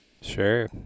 Sure